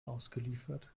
ausgeliefert